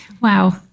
Wow